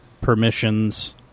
permissions